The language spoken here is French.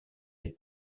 est